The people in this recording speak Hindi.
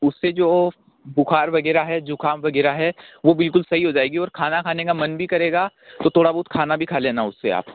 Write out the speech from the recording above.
उससे जो बुखार वगैरह है जुकाम वगैरह है वो बिल्कुल सही हो जाएगी और खाना खाने का मन भी करेगा तो थोड़ा बहुत खाना भी खा लेना उससे आप